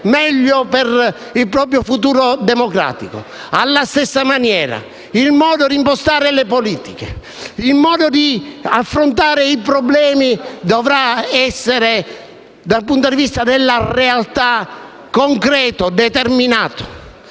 meglio per il proprio futuro democratico. Alla stessa maniera, il modo di impostare le politiche e di affrontare i problemi dovrà essere, dal punto di vista della realtà, concreto e determinato.